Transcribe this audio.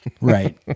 Right